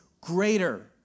greater